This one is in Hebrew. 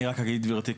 אני רק אגיד גברתי,